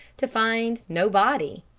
to find no body.